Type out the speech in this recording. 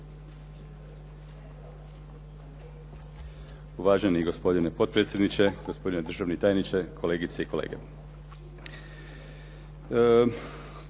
Uvaženi gospodine potpredsjedniče, gospodine državni tajniče, kolegice i kolege.